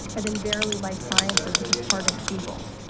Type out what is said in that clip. and then verily life sciences which is part of google.